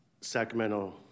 Sacramento